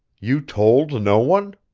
you told no one?